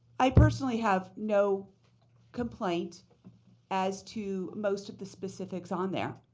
i personally have no complaint as to most of the specifics on there.